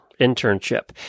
internship